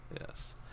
yes